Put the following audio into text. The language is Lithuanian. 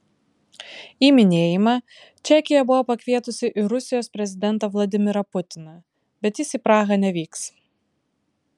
į minėjimą čekija buvo pakvietusi ir rusijos prezidentą vladimirą putiną bet jis į prahą nevyks